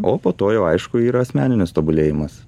o po to jau aišku yra asmeninis tobulėjimas